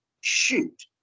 shoot